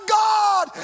god